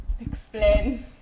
Explain